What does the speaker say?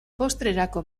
postrerako